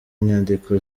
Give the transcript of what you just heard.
inyandiko